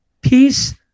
peace